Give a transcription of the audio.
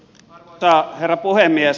arvoisa herra puhemies